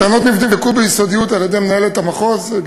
הטענות נבדקו ביסודיות על-ידי מנהלת מחוז הדרום,